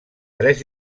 tres